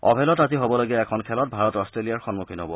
অভেলত আজি হবলগীয়া এখন খেলত ভাৰত অষ্ট্ৰেলিয়াৰ সন্মুখীন হব